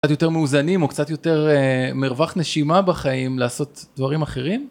קצת יותר מאוזנים או קצת יותר מרווח נשימה בחיים לעשות דברים אחרים.